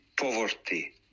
poverty